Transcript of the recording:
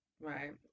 Right